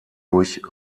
durch